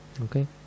Okay